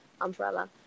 umbrella